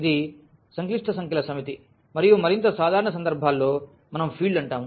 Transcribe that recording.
ఇది సంక్లిష్ట సంఖ్యల సమితి మరియు మరింత సాధారణ సందర్భాల్లో మనం ఫీల్డ్ అంటాము